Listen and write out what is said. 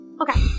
Okay